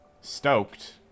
stoked